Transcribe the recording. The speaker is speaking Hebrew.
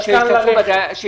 אם זה לא מגיע.